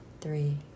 three